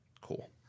Cool